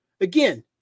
again